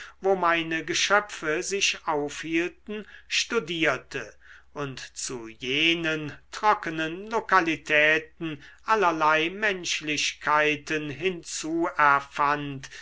wo meine geschöpfe sich aufhielten studierte und zu jenen trockenen lokalitäten allerlei menschlichkeiten hinzu erfand